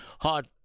hard